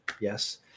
Yes